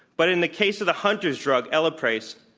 but in the case of the hunter's drug, elaprase,